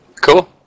Cool